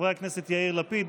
חברי הכנסת יאיר לפיד,